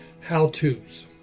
How-To's